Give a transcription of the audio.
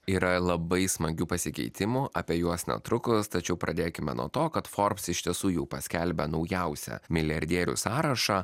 yra labai smagių pasikeitimų apie juos netrukus tačiau pradėkime nuo to kad forbs iš tiesų jau paskelbė naujausią milijardierių sąrašą